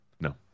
no